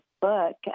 book